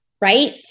right